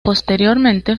posteriormente